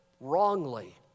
wrongly